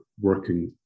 working